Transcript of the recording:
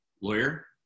Lawyer